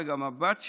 וגם הבת שלה,